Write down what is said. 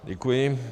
Děkuji.